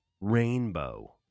Rainbow